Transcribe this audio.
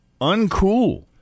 uncool